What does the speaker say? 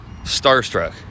starstruck